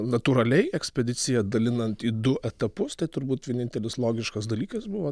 natūraliai ekspediciją dalinant į du etapus tai turbūt vienintelis logiškas dalykas buvo